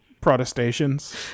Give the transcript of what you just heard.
protestations